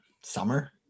Summer